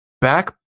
back